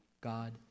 God